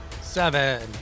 Seven